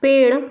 पेड़